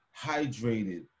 hydrated